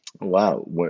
Wow